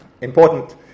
important